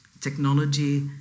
technology